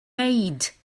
made